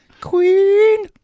queen